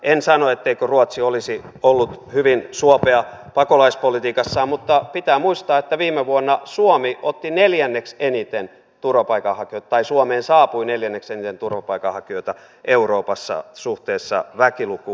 en sano etteikö ruotsi olisi ollut hyvin suopea pakolaispolitiikassaan mutta pitää muistaa että viime vuonna suomi otti neljän eniten turvapaikanhakijoita ei suomeen saapui neljänneksi eniten turvapaikanhakijoita euroopassa suhteessa väkilukuun